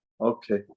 Okay